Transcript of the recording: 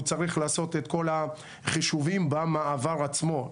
הוא צריך לעשות את כל החישובים במעבר עצמו,